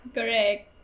Correct